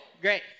Great